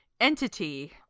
Entity